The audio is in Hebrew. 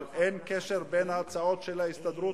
אבל אין קשר בין ההצעות של ההסתדרות,